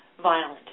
Violent